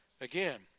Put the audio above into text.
again